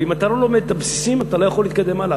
ואם אתה לא לומד את הבסיסים אתה לא יכול להתקדם הלאה.